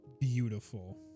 beautiful